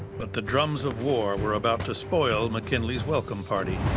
but the drums of war were about to spoil mckinley's welcome party.